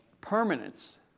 permanence